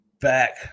back